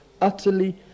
utterly